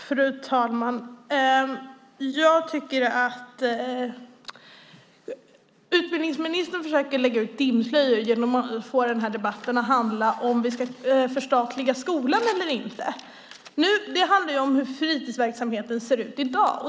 Fru talman! Utbildningsministern försöker lägga ut dimslöjor genom att få debatten att handla om huruvida vi ska förstatliga skolan eller inte. Nu handlar det om hur fritidsverksamheten ser ut i dag.